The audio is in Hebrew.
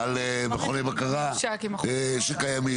על מכוני בקרה שקיימים.